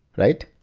right?